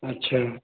अच्छा